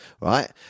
right